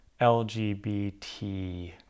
LGBT